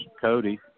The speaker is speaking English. Cody